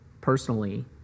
personally